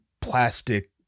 plastic